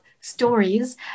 stories